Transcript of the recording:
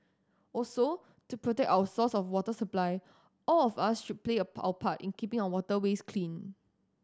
also to protect our source of water supply all of us should play our part in keeping our waterways clean